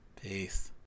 peace